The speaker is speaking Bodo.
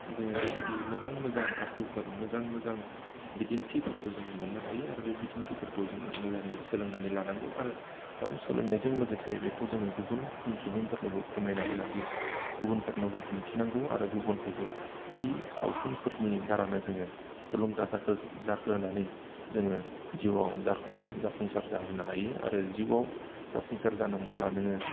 जोङो बेबायदि मोजां मोजां आखुफोर मोजां मोजां बिदिन्थिफोरखौ जोङो मोननो हायो आरो बे बिदिन्थिफोरखौ जोङो मोजाङै सोलोंनानै लानांगौ आरो गाव सोलोंनायजों लोगोसे बेखौ जोङो गुबुन सुबुंफोरनोबो फोरमायना होनांगौ गुबुनफोरनोबो दिन्थिनांगौ आरो गुबुनखौबो बै सावथुनफोरनि दारानो जोङो थुलुंगा जाखांहोनानै जोङो जिउआव जाफुंसार जाहोनो हायो आरो जिउआव जाफुंसार जानांगौब्ला नोङो